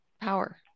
power